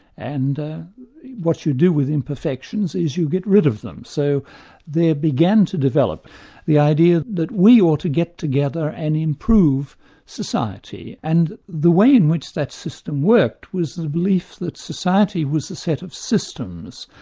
and what you do with imperfections is you get rid of them. so there began to develop the idea that we ought to get together and improve society, and the way in which that system worked was the belief that society was a set of systems,